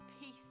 peace